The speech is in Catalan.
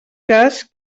cas